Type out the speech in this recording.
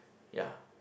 ya